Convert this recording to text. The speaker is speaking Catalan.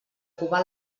cubà